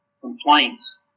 complaints